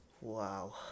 Wow